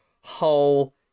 whole